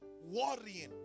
worrying